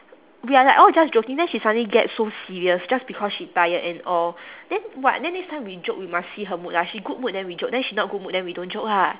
we are like all just joking then she suddenly get so serious just because she tired and all then what then next time we joke we must see her mood lah she good mood then we joke then she not good mood then we don't joke ah